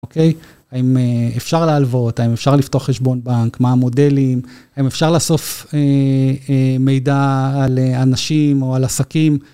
אוקיי? האם אפשר להלוות, האם אפשר לפתוח חשבון בנק, מה המודלים, האם אפשר לאסוף מידע על אנשים או על עסקים,